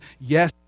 yes